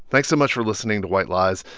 thanks so much for listening to white lies.